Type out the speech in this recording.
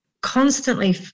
constantly